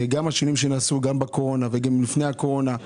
גם השינויים שנעשו, גם בקורונה וגם לפני הקורונה.